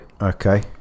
Okay